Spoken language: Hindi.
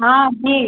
हाँ जी